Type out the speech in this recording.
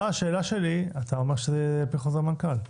זה בחוזר מנכ"ל.